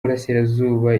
burasirazuba